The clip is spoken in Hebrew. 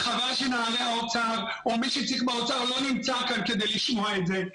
חבל שנציגי האוצר לא נמצאים כאן כדי לשמוע את זה.